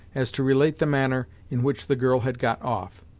as to relate the manner in which the girl had got off.